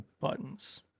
buttons